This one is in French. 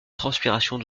transpiration